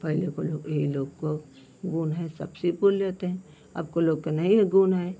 पहले को लोग इही लोग को गुण है सब सी बुन लेते हैं अब को लोग के नहीं गुण है